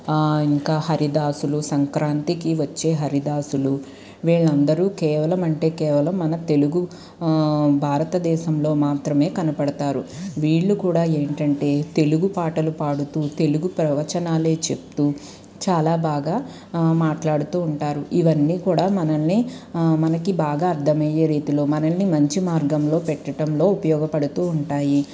ఇంకా హరిదాసులు సంక్రాంతికి వచ్చే హరిదాసులు వీళ్ళందరూ కేవలం అంటే కేవలం మన తెలుగు భారతదేశంలో మాత్రమే కనపడతారు వీళ్ళు కూడా ఏంటంటే తెలుగు పాటలు పాడుతూ తెలుగు ప్రవచనాలే చెబుతూ చాలా బాగా మాట్లాడుతూ ఉంటారు ఇవన్నీ కూడా మనల్ని మనకి బాగా అర్థమయ్యే రీతిలో మనల్ని మంచి మార్గంలో పెట్టడంలో ఉపయోగపడుతూ ఉంటాయి